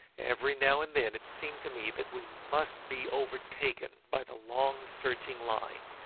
every now and then it seemed to me that we must be overtaken by the long surging line,